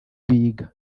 biga